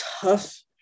tough